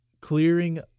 clearing